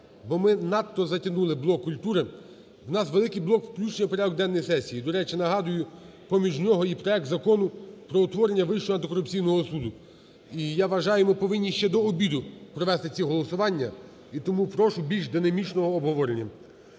бо ми надто затягнули блок культури, у нас великий блок включення в порядок денний сесії. До речі, нагадую, поміж нього і проект Закону про утворення Вищого антикорупційного суду. І, я вважаю, ми повинні, ще до обіду провести ці голосування. І тому прошу більш динамічного обговорення.